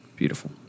Beautiful